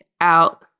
out